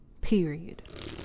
period